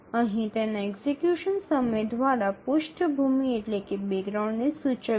અહીં તેના એક્ઝિકયુશન સમય દ્વારા પૃષ્ઠભૂમિ ને સૂચવીએ